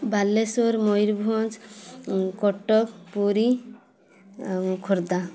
ବାଲେଶ୍ୱର ମୟୂରଭଞ୍ଜ କଟକ ପୁରୀ ଆଉ ଖୋର୍ଦ୍ଧା